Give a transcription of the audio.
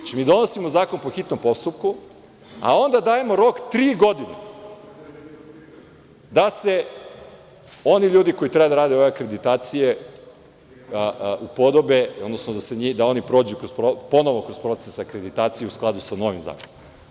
Dakle, mi donosimo zakon po hitnom postupku, a onda dajemo rok tri godine da se oni ljudi koji treba da rade ove akreditacije upodobe, odnosno da oni prođu ponovo kroz proces akreditacije u skladu sa novim zakonom.